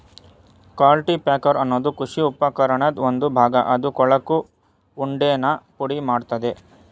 cultipacker ಅನ್ನೋದು ಕೃಷಿ ಉಪಕರಣದ್ ಒಂದು ಭಾಗ ಅದು ಕೊಳಕು ಉಂಡೆನ ಪುಡಿಮಾಡ್ತದೆ